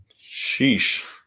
Sheesh